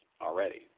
already